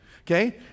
Okay